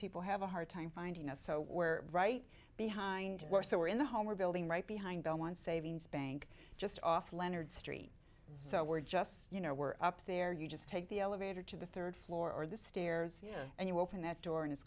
people have a hard time finding us so we're right behind we're so we're in the home we're building right behind on savings bank just off leonard street so we're just you know we're up there you just take the elevator to the third floor or the stairs and you open that door and it's